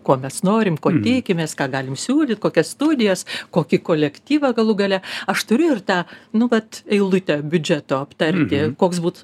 ko mes norim ko tikimės ką galim siūlyt kokias studijas kokį kolektyvą galų gale aš turiu ir tą nu vat eilutę biudžeto aptarti koks būt